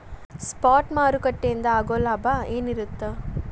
Spot ಮಾರುಕಟ್ಟೆಯಿಂದ ಆಗೋ ಲಾಭ ಏನಿರತ್ತ?